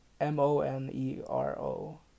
m-o-n-e-r-o